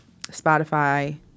Spotify